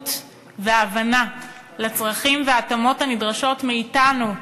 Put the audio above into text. המודעות וההבנה לצרכים וההתאמות הנדרשות מאתנו,